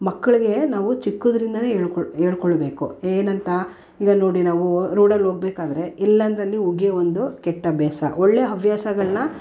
ಮಕ್ಳಿಗೆ ನಾವು ಚಿಕ್ಕದ್ರಿಂದಲೇ ಹೇಳ್ಕೊಳ್ ಹೇಳ್ಕೊಳ್ಬೇಕು ಏನಂತ ಈಗ ನೋಡಿ ನಾವು ರೋಡಲ್ಲಿ ಹೋಗ್ಬೇಕಾದ್ರೆ ಎಲ್ಲೆಂದರಲ್ಲಿ ಉಗಿಯೋ ಒಂದು ಕೆಟ್ಟಭ್ಯಾಸ ಒಳ್ಳೆಯ ಹವ್ಯಾಸಗಳನ್ನ